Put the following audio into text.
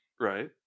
Right